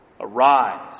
Arise